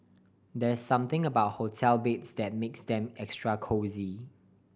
there's something about hotel beds that makes them extra cosy